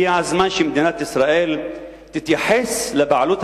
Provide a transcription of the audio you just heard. הגיע הזמן שמדינת ישראל תתייחס לבעלות